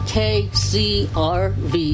kcrv